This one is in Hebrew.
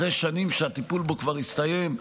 אחרי שנים שהטיפול בו כבר הסתיים?